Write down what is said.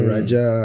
Raja